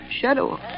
Shadow